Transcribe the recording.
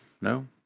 No